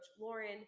Lauren